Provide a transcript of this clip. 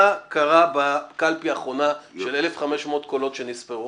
מה קרה בקלפי האחרונה של 1,500 שנספרו?